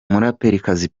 umuraperikazi